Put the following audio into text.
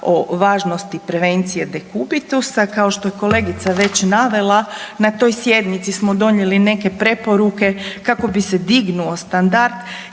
o važnosti prevencije dekubitusa kao što je kolegica već navela na toj sjednici smo donijeli neke preporuke kako bi se dignuo standard